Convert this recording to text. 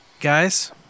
Guys